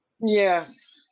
Yes